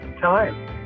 time